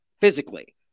physically